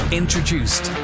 introduced